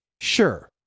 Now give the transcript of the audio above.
Sure